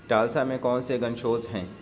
Tulsa میں کون سے گن شوز ہیں